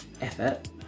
effort